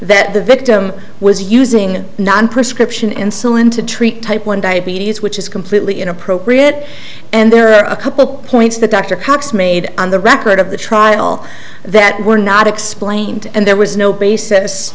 that the victim was using non prescription insulin to treat type one diabetes which is completely inappropriate and there are a couple points that dr cox made on the record of the trial that were not explained and there was no basis